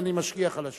אז אני משגיח על השעון.